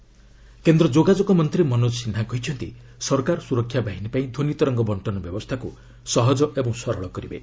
ମନୋକ ସିହା କେନ୍ଦ୍ର ଯୋଗାଯୋଗ ମନ୍ତ୍ରୀ ମନୋଜ ସିହ୍ବା କହିଛନ୍ତି ସରକାର ସ୍ୱରକ୍ଷା ବାହିନୀଙ୍କ ପାଇଁ ଧ୍ୱନିତରଙ୍ଗ ବଣ୍ଟନ ବ୍ୟବସ୍ଥାକୁ ସହଜ ଏବଂ ସରଳ କରିବେ